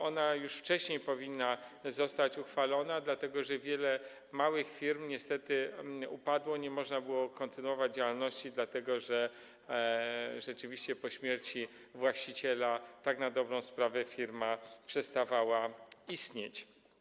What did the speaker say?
Ona powinna zostać uchwalona już wcześniej, dlatego że wiele małych firm niestety upadło - nie można było kontynuować działalności, dlatego że rzeczywiście po śmierci właściciela tak na dobrą sprawę firma przestawała istnieć.